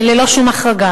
ללא שום החרגה.